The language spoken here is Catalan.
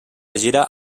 gira